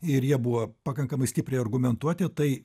ir jie buvo pakankamai stipriai argumentuoti tai